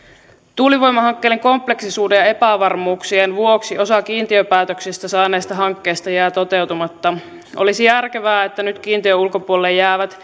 tuulivoimahankkeiden kompleksisuuden ja epävarmuuksien vuoksi osa kiintiöpäätöksistä saaneista hankkeista jää toteutumatta olisi järkevää että nyt kiintiön ulkopuolelle jäävät